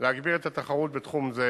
להגביר את התחרות בתחום זה,